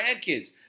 grandkids